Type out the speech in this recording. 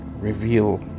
reveal